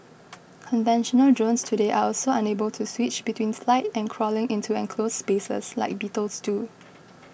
conventional drones today are also unable to switch between flight and crawling into enclosed spaces like beetles do